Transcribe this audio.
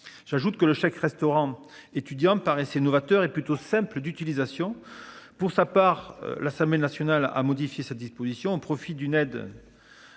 J'ajoute que le chèque restaurant étudiants paraissait novateur est plutôt simple d'utilisation pour sa part, l'Assemblée nationale a modifié sa disposition au profit d'une aide.